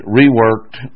reworked